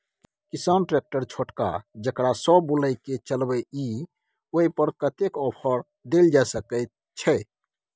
किसान ट्रैक्टर छोटका जेकरा सौ बुईल के चलबे इ ओय पर कतेक ऑफर दैल जा सकेत छै?